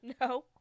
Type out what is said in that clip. No